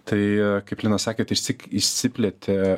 tai kaip lina sakėt išsyk išsiplėtė